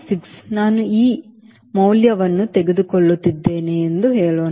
6 ನಾನು e ಮೌಲ್ಯವನ್ನು ತೆಗೆದುಕೊಳ್ಳುತ್ತಿದ್ದೇನೆ ಎಂದು ಹೇಳೋಣ